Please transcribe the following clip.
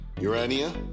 Urania